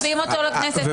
מביאים אותו לכנסת.